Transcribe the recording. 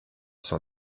sont